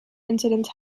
incidents